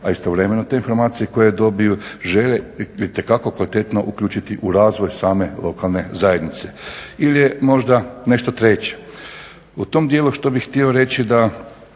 a istovremeno te informacije koje dobiju žele itekako kvalitetno uključiti u razvoj same lokalne zajednice. Ili je možda nešto treće. U tom dijelu što bih htio reći da